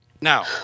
Now